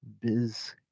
Biz